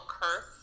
curse